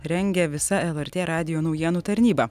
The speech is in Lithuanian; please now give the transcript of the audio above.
rengia visa lrt radijo naujienų tarnyba